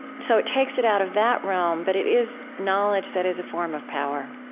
so it takes it out of that realm, but it is knowledge that is a form of power.